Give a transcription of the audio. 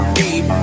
deep